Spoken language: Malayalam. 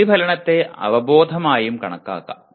പ്രതിഫലനത്തെ അവബോധമായും കണക്കാക്കാം